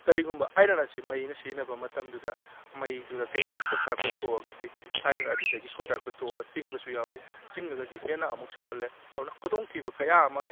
ꯀꯔꯤꯒꯨꯝꯕ ꯑꯥꯏꯔꯟ ꯑꯁꯤ ꯃꯩꯅ ꯁꯤꯖꯤꯟꯅꯕ ꯃꯇꯝꯗꯨꯗ ꯃꯩꯗꯨꯅ ꯀꯔꯤꯒꯨꯝꯕ ꯁ꯭ꯣꯔꯠ ꯁꯥꯔꯀꯨꯏꯠ ꯊꯣꯛꯑꯒꯗꯤ ꯑꯥꯏꯔꯟ ꯑꯗꯨꯗꯒꯤ ꯁꯣꯔꯠ ꯁꯥꯔꯀꯨꯏꯠ ꯊꯣꯛꯑꯒ ꯆꯤꯡꯕꯁꯨ ꯌꯥꯎꯏ ꯆꯤꯡꯉꯒꯗꯤ ꯍꯦꯟꯅ ꯑꯃꯨꯛ ꯁꯣꯛꯍꯜꯂꯦ ꯑꯗꯨꯅ ꯈꯨꯗꯣꯡꯊꯤꯕ ꯀꯌꯥ ꯑꯃ